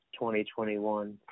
2021